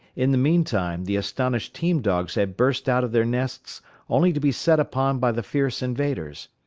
in the meantime the astonished team-dogs had burst out of their nests only to be set upon by the fierce invaders.